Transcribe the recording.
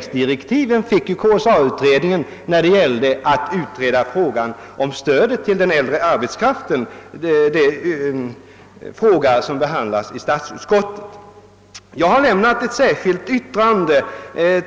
KSA-utredningen fick tilläggsdirektiv när det gällde att utreda frågan om stödet till den äldre arbetskraften, vilken fråga behandlats av statsutskottet. Jag har varit med om att foga ett särskilt yttrande